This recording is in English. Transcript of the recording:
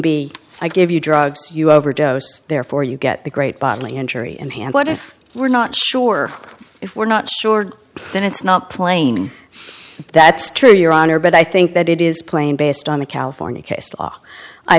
be i give you drugs you overdose therefore you get the great bodily injury and hand what if we're not sure if we're not sure then it's not plain that's true your honor but i think that it is playing based on the california case law i